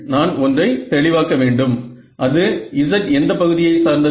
நான் ஒன்றை தெளிவாக்க வேண்டும் அது z எந்த பகுதியை சார்ந்தது